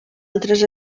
altres